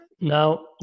Now